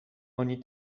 oni